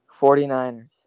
49ers